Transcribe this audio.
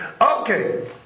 Okay